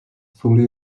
fully